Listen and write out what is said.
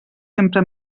sempre